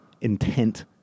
intent